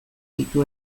ditu